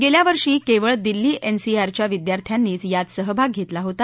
गेल्या वर्षी केवळ दिल्ली एनसीआरच्या विद्यार्थ्यांनीच यात सहभाग घेतला होता